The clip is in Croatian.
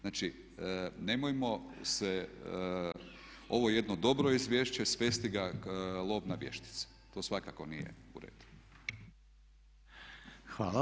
Znači, nemojmo se ovo jedno dobro izvješće svesti ga lov na vještice, to svakako nije u redu.